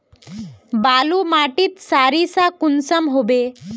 बालू माटित सारीसा कुंसम होबे?